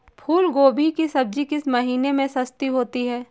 फूल गोभी की सब्जी किस महीने में सस्ती होती है?